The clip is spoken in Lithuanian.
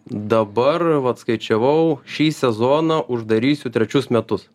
dabar vat skaičiavau šį sezoną uždarysiu trečius metus